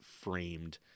framed